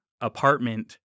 apartment